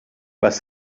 was